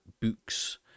books